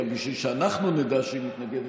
אבל בשביל שאנחנו נדע שהיא מתנגדת,